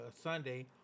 Sunday